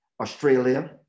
Australia